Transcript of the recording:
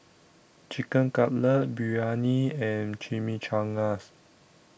Chicken Cutlet Biryani and Chimichangas